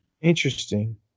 Interesting